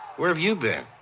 where have you been?